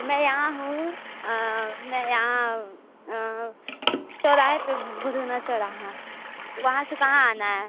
मैं यहाँ हूँ मैं यहाँ चौराहे पर हूँ बुधना चौराहा वहाँ से कहाँ आना है